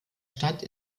stadt